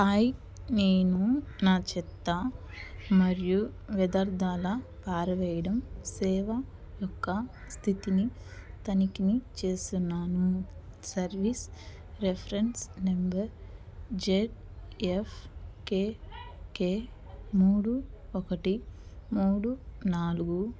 hi నేను నా చెత్త మరియు వ్యర్థాల పారవెయ్యడం సేవ యొక్క స్థితిని తనిఖీ చేస్తున్నాను service reference number ZF KK మూడు ఒకటి మూడు నాలుగు